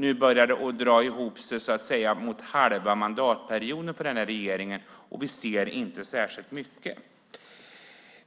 Nu börjar det dra ihop sig mot halva mandatperioden för den här regeringen, och vi ser inte särskilt mycket.